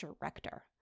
director